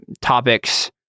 topics